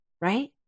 right